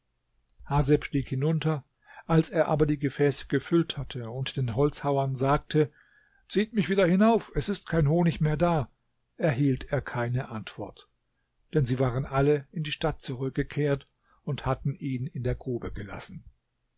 haseb stieg hinunter als er aber die gefäße gefüllt hatte und den holzhauern sagte zieht mich wieder hinauf es ist kein honig mehr da erhielt er keine antwort denn sie waren alle in die stadt zurückgekehrt und hatten ihn in der grube gelassen